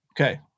okay